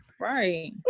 Right